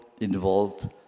involved